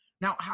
Now